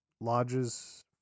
lodges